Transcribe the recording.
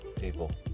people